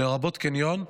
לרבות קניון,